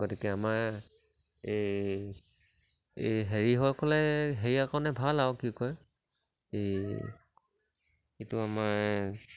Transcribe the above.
গতিকে আমাৰ এই এই হেৰিসকলে হেৰিয়ৰ কাৰণে ভাল আৰু কি কয় এই এইটো আমাৰ